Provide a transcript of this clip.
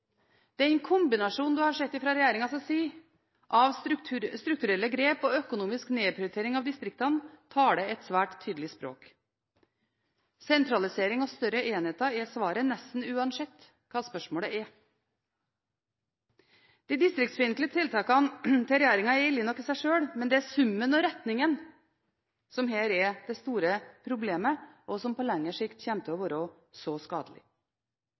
Den kombinasjonen man har sett fra regjeringens side av strukturelle grep og økonomisk nedprioritering av distriktene, taler et svært tydelig språk. Sentralisering og større enheter er svaret nesten uansett hva spørsmålet er. De distriktsfiendtlige tiltakene til regjeringen er ille nok i seg selv, men det er summen og retningen som er det store problemet, og som på lengre sikt kommer til å være så skadelig.